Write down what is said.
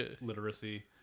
literacy